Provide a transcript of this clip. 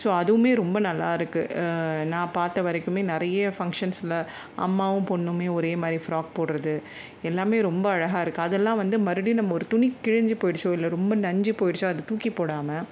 so அதுவுமே ரெம்ப நல்லா இருக்குது நான் பார்த்தா வரைக்குமே நிறைய ஃபங்க்ஷன்ஸ்ல அம்மாவும் பொண்ணுமே ஒரே மாதிரி ஃப்ராக் போடுறது எல்லாமே ரொம்ப அழகாக இருக்குது அதெல்லாம் வந்து மறுபடியும் நம்ம ஒரு துணி கிழிஞ்சி போயிடுச்சோ இல்லை ரொம்ப நஞ்ச்சி போயிடுச்சோ அதை தூக்கி போடாமல்